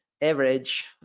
average